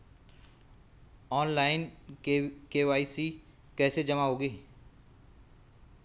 Online KYC कैसे जमा होगी?